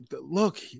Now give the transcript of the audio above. look